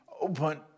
open